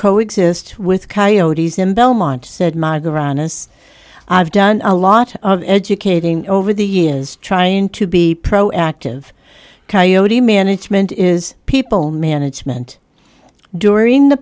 co exist with coyotes in belmont said ma grannis i've done a lot of educating over the years trying to be proactive coyote management is people management during the